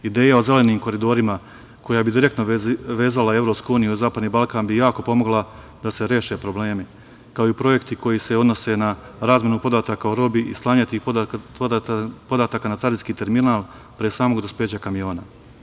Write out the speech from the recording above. Ideja o zelenim koridorima koja bi direktno vezala EU i Zapadni Balkan bi jako pomogla da se reše problemi, kao i projekti koji se odnose na razmenu podataka o robi i slanja tih podataka na carinske terminal pre samog dospeća kamiona.